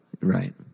right